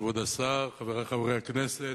אדוני היושב-ראש, כבוד השר, חברי חברי הכנסת,